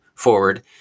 forward